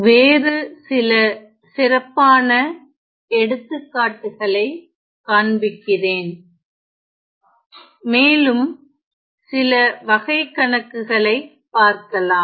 வேறு சில சிறப்பான எடுத்துக்காட்டுகளை காண்பிக்கிறேன் மேலும் சில வகைகணக்குகளை பார்க்கலாம்